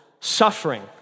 suffering